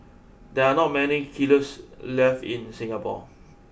there are not many kilns left in Singapore